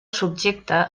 subjecte